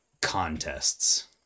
contests